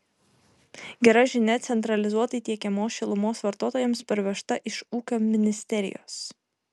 gera žinia centralizuotai tiekiamos šilumos vartotojams parvežta iš ūkio ministerijos